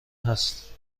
هست